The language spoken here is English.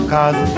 Cause